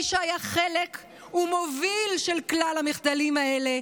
שהיה חלק ומוביל של כלל המחדלים האלה,